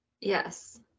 Yes